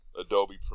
adobe